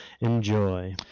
enjoy